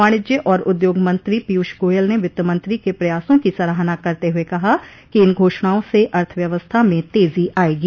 वाणिज्य और उद्योग मंत्री पीयूष गोयल ने वित्तमंत्री के प्रयासों की सराहना करते हुए कहा कि इन घोषणाओं से अर्थव्यवस्था में तेजी आएगी